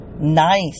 nice